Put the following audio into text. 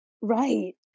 Right